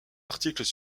articles